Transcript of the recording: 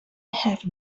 have